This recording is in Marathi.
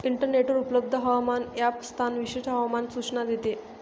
इंटरनेटवर उपलब्ध हवामान ॲप स्थान विशिष्ट हवामान सूचना देते